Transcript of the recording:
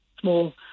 small